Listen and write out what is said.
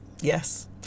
Yes